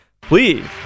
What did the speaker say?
Please